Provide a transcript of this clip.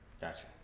Gotcha